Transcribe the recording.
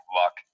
luck